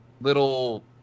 little